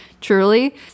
Truly